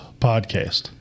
podcast